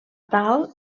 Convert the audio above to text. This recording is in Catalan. tal